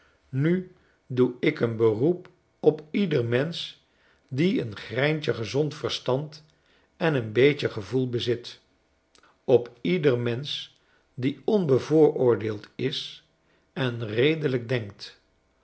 nu doe ik een beroep op ieder mensch die een greintje gezond verstand en een beetje gevoel bezit op ieder mensch die onbevooroordeeld is en redelijk denkt